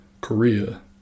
Korea